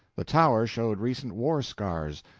the tower showed recent war-scars.